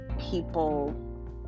people